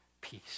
peace